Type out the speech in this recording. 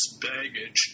baggage